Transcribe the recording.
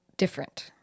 Different